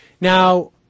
Now